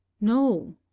No